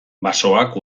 basoak